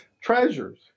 treasures